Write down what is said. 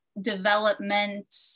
development